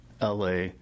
la